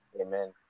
Amen